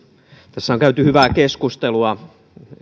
tässä on käyty hyvää keskustelua